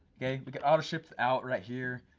yeah we could auto-ship out, right here.